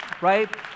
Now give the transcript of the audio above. right